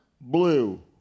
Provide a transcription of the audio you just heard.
blue